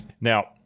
Now